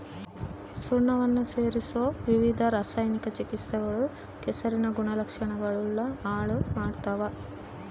ಸುಣ್ಣವನ್ನ ಸೇರಿಸೊ ವಿವಿಧ ರಾಸಾಯನಿಕ ಚಿಕಿತ್ಸೆಗಳು ಕೆಸರಿನ ಗುಣಲಕ್ಷಣಗುಳ್ನ ಹಾಳು ಮಾಡ್ತವ